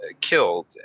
killed